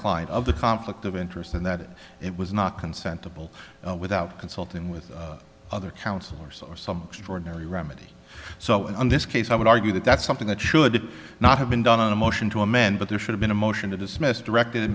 client of the conflict of interest and that it was not consent to bowl without consulting with other counselors or subject ordinary remedy so in this case i would argue that that's something that should not have been done on a motion to amend but there should have been a motion to dismiss directed